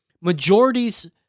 majorities